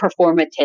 performative